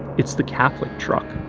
it's the catholic truck.